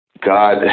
God